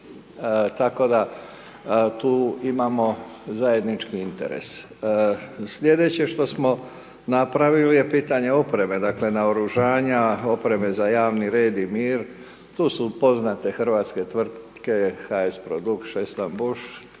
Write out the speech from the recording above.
Tako da tu imamo zajednički interes. Sljedeće što smo napravili je pitanje opreme, dakle, naoružanja, opreme za javni red i mir, tu su poznate hrvatske tvrtke HS product,